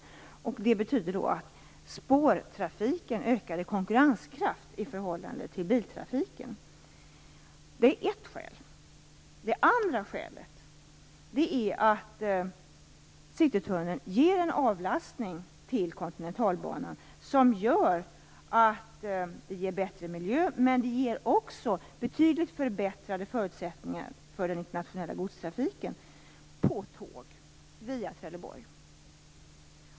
Det betyder att spårtrafiken ökar i konkurrenskraft i förhållande till biltrafiken. Det är ett skäl. Det andra skälet är att Citytunneln avlastar Kontinentalbanan, vilket gör att det blir bättre miljö men också betydligt förbättrade förutsättningar för den internationella godstrafiken på tåg via Trelleborg.